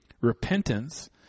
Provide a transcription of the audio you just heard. repentance